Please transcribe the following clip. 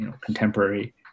contemporary